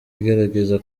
igerageza